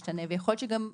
לא צפויה להשתנות המדיניות,